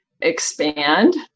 expand